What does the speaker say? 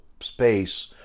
space